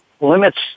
limits